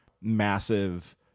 massive